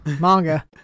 Manga